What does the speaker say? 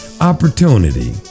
opportunity